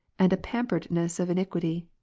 and pamperedness of iniquity.